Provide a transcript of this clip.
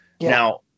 Now